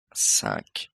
cinq